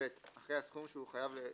(ב)אחרי "הסכום שהוא חייב לפרעו"